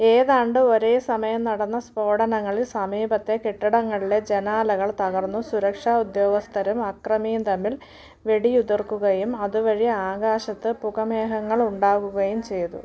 ഏതാണ്ട് ഒരേ സമയം നടന്ന സ്ഫോടനങ്ങളിൽ സമീപത്തെ കെട്ടിടങ്ങളിലെ ജനാലകൾ തകർന്നു സുരക്ഷാ ഉദ്യോഗസ്ഥരും അക്രമിയും തമ്മിൽ വെടിയുതിർക്കുകയും അതുവഴി ആകാശത്ത് പുകമേഘങ്ങൾ ഉണ്ടാകുകയും ചെയ്തു